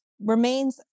remains